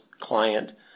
client